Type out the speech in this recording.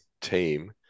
team